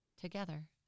together